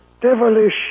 devilish